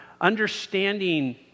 Understanding